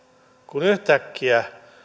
kun yhtäkkiä